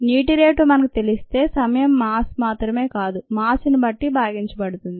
నీటి రేటు మనకు తెలిస్తే సమయం మాస్ మాత్రమే కాదు మాస్ ని బట్టి భాగించబడుతుంది